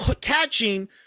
catching